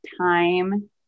time